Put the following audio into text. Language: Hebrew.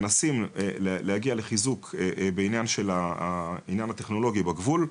מנסים להגיע לחיזוק בעניין הטכנולוגי בגבול.